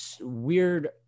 weird